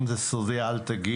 אם זה סודי אל תגיד,